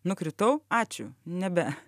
nukritau ačiū nebe